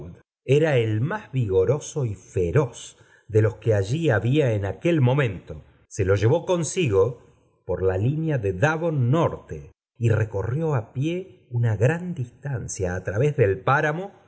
era el más vigoroso y feroz de los que allí había en aquel momento se lo llevó oonisigo por la línea de devon norte y recorrió á pie una gran distancia á través del páramo